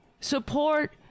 support